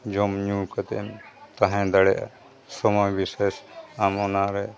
ᱡᱚᱢᱼᱧᱩ ᱠᱟᱛᱮᱫ ᱮᱢ ᱛᱟᱦᱮᱸ ᱫᱟᱲᱮᱭᱟᱜᱼᱟ ᱥᱚᱢᱚᱭ ᱵᱤᱥᱮᱥ ᱟᱢ ᱦᱚᱸ ᱚᱱᱟᱨᱮ